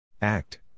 Act